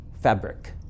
fabric